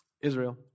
Israel